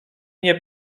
nie